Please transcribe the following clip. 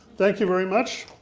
thank you very much.